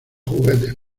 juguetes